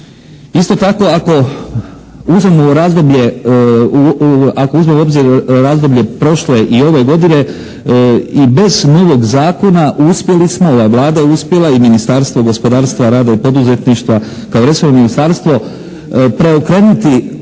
Isto tako ako uzmemo u obzir razdoblje prošle i ove godine i bez novog zakona uspjeli smo, Vlada je uspjela i Ministarstvo gospodarstva, rada i poduzetništva kao resorno ministarstvo preokrenuti